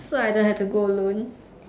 so I don't have to go alone